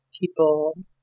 people